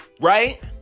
Right